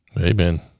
Amen